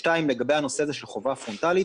לגבי הנושא של חובה פרונטלית,